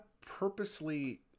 purposely